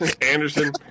Anderson